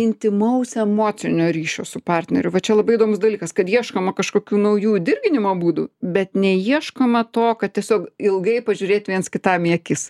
intymaus emocinio ryšio su partneriu va čia labai įdomus dalykas kad ieškoma kažkokių naujų dirginimo būdų bet neieškoma to kad tiesiog ilgai pažiūrėt viens kitam į akis